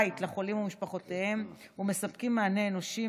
בית לחולים ומשפחותיהם ומספקים מענה אנושי,